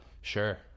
sure